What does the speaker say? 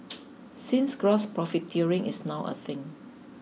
since gross profiteering is now a thing